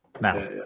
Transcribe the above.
Now